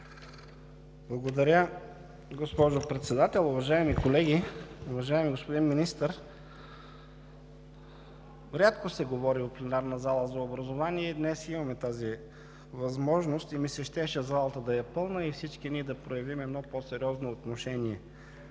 Благодаря, госпожо Председател. Уважаеми колеги, уважаеми господин Министър! Рядко се говори в пленарната зала за образование. Днес имаме тази възможност и ми се щеше залата да е пълна, и всички ние да проявим едно по-сериозно отношение,